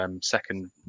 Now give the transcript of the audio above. second